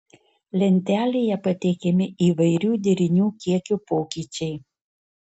lentelėje pateikiami įvairių derinių kiekio pokyčiai